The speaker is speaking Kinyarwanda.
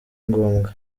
ngombwa